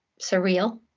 surreal